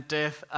death